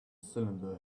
cylinder